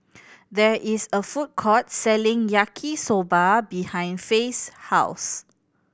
there is a food court selling Yaki Soba behind Faye's house